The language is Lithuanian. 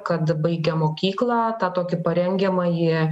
kad baigę mokyklą tą tokį parengiamąjį